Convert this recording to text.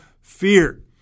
fear